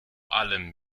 allem